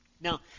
Now